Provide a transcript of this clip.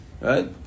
Right